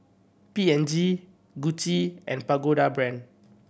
P and G Gucci and Pagoda Brand